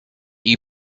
you